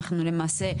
ואנחנו למעשה,